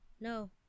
no